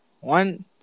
one